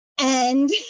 And-